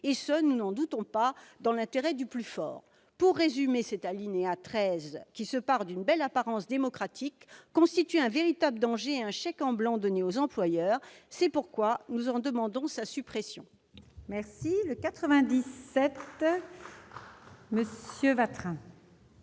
et ce, nous n'en doutons pas, dans l'intérêt du plus fort ! Pour résumer, cet alinéa 13, qui se pare d'une belle apparence démocratique, constitue un véritable danger et un chèque en blanc donné aux employeurs, c'est pourquoi nous en demandons la suppression. L'amendement n°